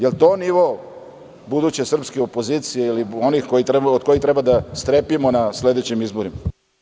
Da li je to nivo buduće srpske opozicije ili onih od kojih treba da strepimo na sledećim izborima?